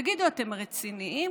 תגידו, אתם רציניים?